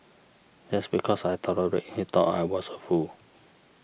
just because I tolerated he thought I was a fool